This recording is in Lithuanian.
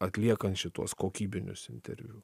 atliekant šituos kokybinius interviu